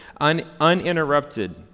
uninterrupted